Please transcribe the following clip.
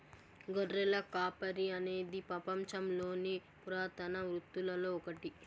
గొర్రెల కాపరి అనేది పపంచంలోని పురాతన వృత్తులలో ఒకటి